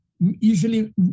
usually